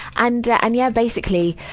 and and, yeah, basically,